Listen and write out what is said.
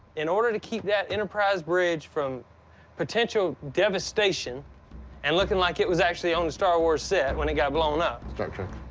in order to keep that enterprise bridge from potential devastation and looking like it was actually on the star wars set when it got blown up star trek.